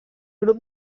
grup